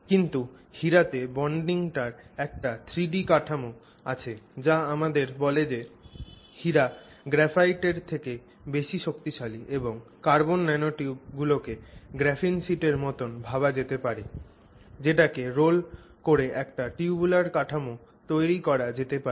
কিন্তু হীরা তে বন্ডিংটার একটা 3 dimensional কাঠামো আছে যা আমাদের বলে যে হীরা গ্রাফাইটের থেকে বেশি শক্তিশালী এবং কার্বন ন্যানোটিউব গুলোকে গ্রাফিন শিটের মতন ভাবা যেতে পারে যেটাকে রোল করে একটা টিউবুলার কাঠামো তৈরি করা যেতে পারে